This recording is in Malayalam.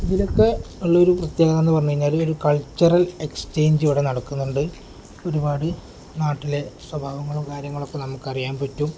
ഇതിലൊക്കെ ഉള്ളൊരു പ്രത്യേകത എന്ന് പറഞ്ഞു കഴിഞ്ഞാൽ ഒരു കൾച്ചറൽ എക്സ്ചേഞ്ച് ഇവിടെ നടക്കുന്നുണ്ട് ഒരുപാട് നാട്ടിലെ സ്വഭാവങ്ങളും കാര്യങ്ങളൊക്കെ നമുക്കറിയാൻ പറ്റും